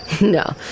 No